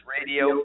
Radio